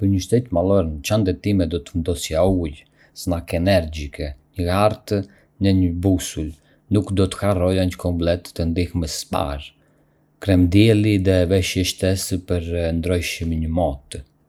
Për një shëtitje malore, në çantën time do të vendosja ujë, snack energjikë, një hartë dhe një busull. Nuk do të harroja një komplet të ndihmës së parë, krem dielli dhe veshje shtesë për ndryshime në mot.